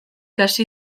hasi